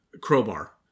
crowbar